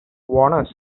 warners